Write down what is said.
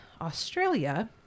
Australia